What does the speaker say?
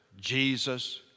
Jesus